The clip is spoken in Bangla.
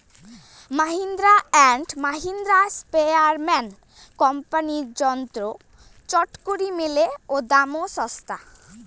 মাহিন্দ্রা অ্যান্ড মাহিন্দ্রা, স্প্রেয়ারম্যান কোম্পানির যন্ত্র চটকরি মেলে ও দামে ছস্তা